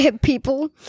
people